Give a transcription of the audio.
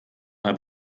habe